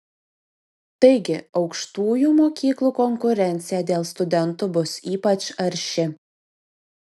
taigi aukštųjų mokyklų konkurencija dėl studentų bus ypač aštri